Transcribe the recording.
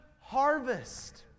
harvest